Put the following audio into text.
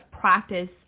practice